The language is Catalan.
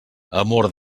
amor